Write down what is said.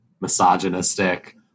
misogynistic